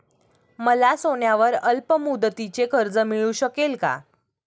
मला सोन्यावर अल्पमुदतीचे कर्ज मिळू शकेल का?